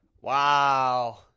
Wow